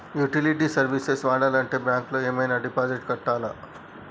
Utility service వాడాలంటే bank లో ఏమైనా డిపాజిట్ కట్టాలా?